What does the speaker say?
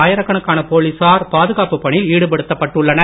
ஆயிரக்கணக்கான போலீசார் பாதுகாப்பு பணியில் ஈடுபடுத்தப்பட்டுள்ளனர்